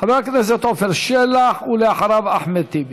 חבר הכנסת עפר שלח, ואחריו, אחמד טיבי.